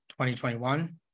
2021